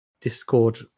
Discord